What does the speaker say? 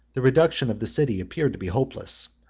the reduction of the city appeared to be hopeless,